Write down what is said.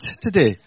today